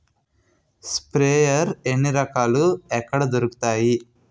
Sprayer ఎన్ని రకాలు? ఎక్కడ దొరుకుతాయి?